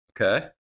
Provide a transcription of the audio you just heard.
Okay